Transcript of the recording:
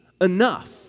enough